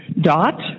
dot